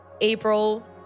april